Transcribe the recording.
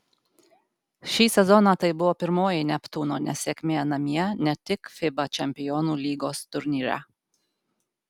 šį sezoną tai buvo pirmoji neptūno nesėkmė namie ne tik fiba čempionų lygos turnyre